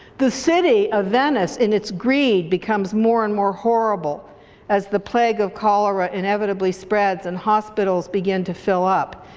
the city of venice in its greed becomes more and more horrible as the plague of cholera inevitably spreads and hospitals begin to fill up.